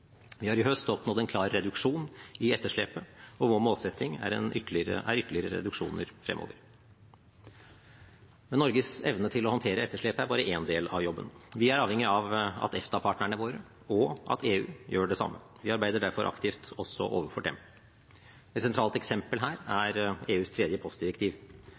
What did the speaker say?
Vi har i høst oppnådd en klar reduksjon i etterslepet, og vår målsetting er ytterligere reduksjoner fremover. Men Norges evne til å håndtere etterslepet er bare én del av jobben. Vi er avhengige av at EFTA-partnerne våre og EU gjør det samme. Vi arbeider derfor aktivt overfor dem. Et sentralt eksempel her er EUs tredje postdirektiv.